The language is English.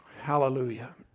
Hallelujah